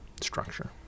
structure